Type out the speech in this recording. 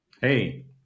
Hey